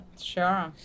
Sure